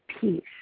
peace